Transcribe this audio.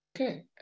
Okay